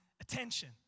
attention